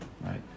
right